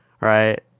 right